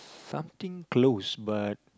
something close but